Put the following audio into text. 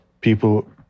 people